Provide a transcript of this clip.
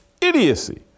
idiocy